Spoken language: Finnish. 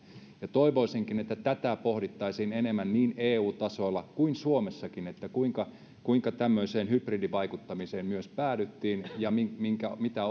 toivoisinkin että pohdittaisiin enemmän niin eu tasolla kuin suomessakin kuinka kuinka tämmöiseen hybridivaikuttamiseen päädyttiin ja mitä